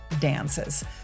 dances